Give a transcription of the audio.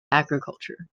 agriculture